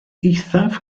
eithaf